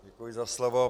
Děkuji za slovo.